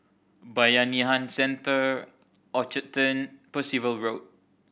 Bayanihan Centre Orchard Turn Percival Road